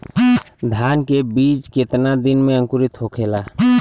धान के बिज कितना दिन में अंकुरित होखेला?